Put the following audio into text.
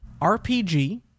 RPG